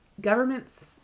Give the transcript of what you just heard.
governments